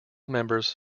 members